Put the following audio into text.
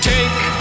Take